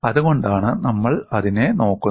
അതുകൊണ്ടാണ് നമ്മൾ അതിനെ നോക്കുന്നത്